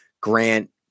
Grant